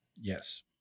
Yes